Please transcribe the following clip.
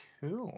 cool